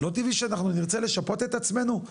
לא טבעי שאנחנו נרצה לשפות את עצמנו.